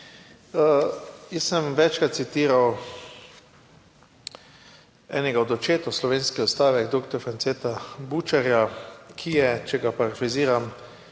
Jaz sem večkrat citiral enega od očetov slovenske Ustave doktor Franceta Bučarja, ki je, če ga parafraziram,